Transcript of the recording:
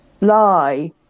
lie